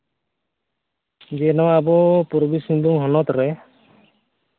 ᱡᱮ ᱱᱚᱣᱟ ᱟᱵᱚ ᱯᱩᱨᱵᱤ ᱥᱤᱝᱵᱷᱩᱢ ᱦᱚᱱᱚᱛ ᱨᱮ